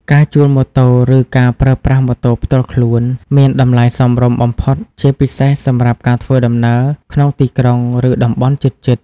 ការជួលម៉ូតូ ឬការប្រើប្រាស់ម៉ូតូផ្ទាល់ខ្លួនមាន តម្លៃសមរម្យបំផុត ជាពិសេសសម្រាប់ការធ្វើដំណើរក្នុងទីក្រុង ឬតំបន់ជិតៗ។